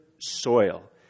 soil